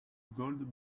gold